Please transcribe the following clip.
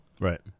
Right